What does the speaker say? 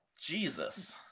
Jesus